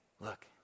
look